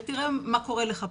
ותראה מה קורה לך פתאום,